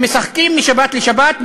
משחקים משבת לשבת,